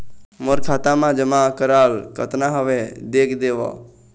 मोर खाता मा जमा कराल कतना हवे देख देव?